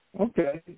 Okay